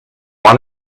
one